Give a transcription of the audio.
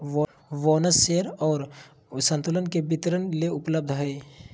bonus share और संतुलन के वितरण ले उपलब्ध हइ